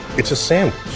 it's a sandwich.